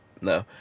No